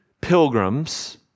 pilgrims